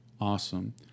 Awesome